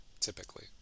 typically